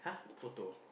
photo